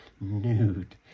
Nude